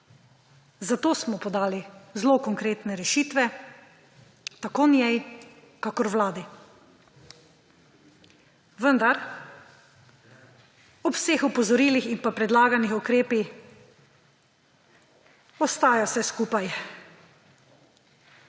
zato smo podali zelo konkretne rešitve tako njej kakor Vladi. Vendar ob vseh opozorilih in pa predlaganih ukrepih ostaja vse skupaj